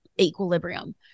equilibrium